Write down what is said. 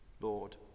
lord